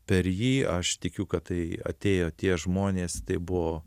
per jį aš tikiu kad tai atėjo tie žmonės tai buvo